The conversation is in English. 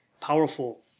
powerful